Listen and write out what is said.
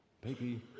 baby